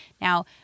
Now